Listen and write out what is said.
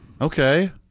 Okay